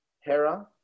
Hera